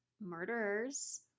murderers